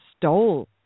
stole